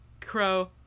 Crow